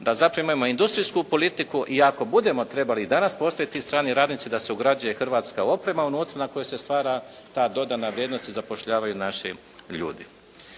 da zaprimimo industrijsku politiku i ako budemo trebali postaviti strani radnici da se ugrađuje hrvatska oprema unutra na koju se stvara ta dodana vrijednost i zapošljavaju naši ljudi.